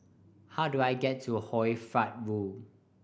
how do I get to Hoy Fatt Road